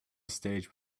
stage